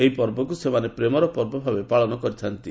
ଏହି ପର୍ବକୁ ସେମାନେ ପ୍ରେମର ପର୍ବ ଭାବେ ପାଳନ କରିଥା'ନ୍ତି